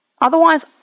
Otherwise